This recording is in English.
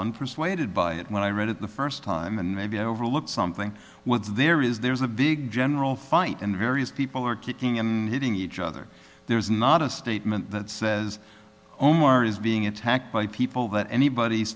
on persuaded by it when i read it the first time and maybe i overlooked something what's there is there's a big general fight and various people are kicking and hitting each other there's not a statement that says omar is being attacked by people that anybody